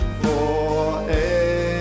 forever